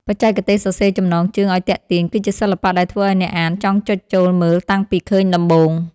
បច្ចេកទេសសរសេរចំណងជើងឱ្យទាក់ទាញ គឺជាសិល្បៈដែលធ្វើឱ្យអ្នកអានចង់ចុចចូលមើលតាំងពីឃើញដំបូង។